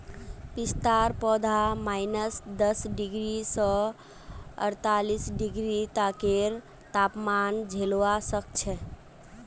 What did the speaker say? पिस्तार पौधा माइनस दस डिग्री स अड़तालीस डिग्री तकेर तापमान झेलवा सख छ